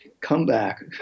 comeback